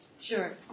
Sure